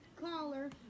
caller